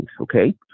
okay